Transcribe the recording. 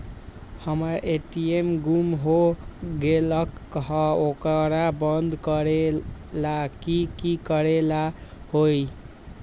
हमर ए.टी.एम गुम हो गेलक ह ओकरा बंद करेला कि कि करेला होई है?